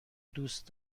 دوست